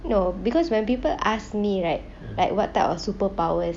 no because when people ask me right at what type of superpowers